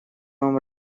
вам